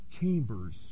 chambers